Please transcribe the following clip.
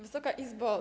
Wysoka Izbo!